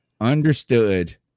understood